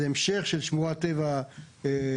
זה המשך של שמורת טבע יטבתה,